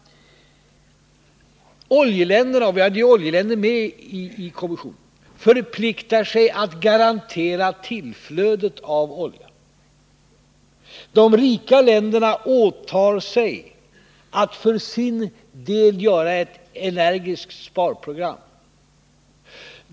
Oljeländerna — vi hade ju oljeländer med i kommissionen — förpliktar sig att garantera tillflödet av olja, och de rika länderna åtar sig att för sin del utarbeta ett energiskt sparprogram.